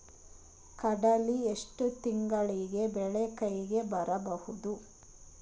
ಕಡಲಿ ಎಷ್ಟು ತಿಂಗಳಿಗೆ ಬೆಳೆ ಕೈಗೆ ಬರಬಹುದು?